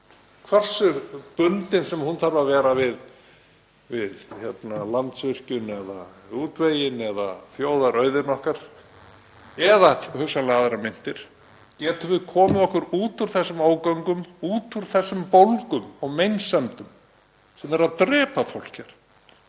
hversu bundin sem hún þarf að vera við Landsvirkjun eða útveginn eða þjóðarauðinn okkar eða hugsanlega aðrar myntir? Getum við komið okkur út úr þessum ógöngum, út úr þessum bólgum og meinsemdum sem eru að drepa fólk